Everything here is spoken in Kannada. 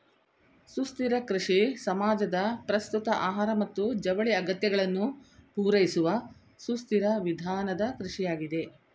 ಸುಸ್ಥಿರ ಕೃಷಿ ಸಮಾಜದ ಪ್ರಸ್ತುತ ಆಹಾರ ಮತ್ತು ಜವಳಿ ಅಗತ್ಯಗಳನ್ನು ಪೂರೈಸುವಸುಸ್ಥಿರವಿಧಾನದಕೃಷಿಯಾಗಿದೆ